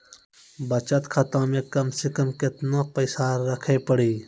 बचत खाता मे कम से कम केतना पैसा रखे पड़ी?